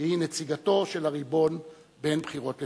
שהיא נציגתו של הריבון בין בחירות לבחירות.